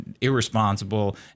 irresponsible